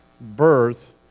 birth